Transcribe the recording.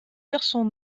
versant